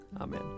Amen